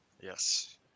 Yes